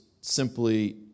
simply